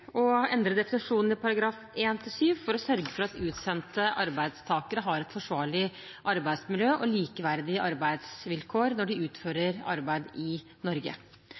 å endre definisjonen i § 1-7 for å sørge for at utsendte arbeidstakere har et forsvarlig arbeidsmiljø og likeverdige arbeidsvilkår når de utfører arbeid i Norge.